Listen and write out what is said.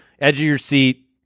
edge-of-your-seat